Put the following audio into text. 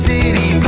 City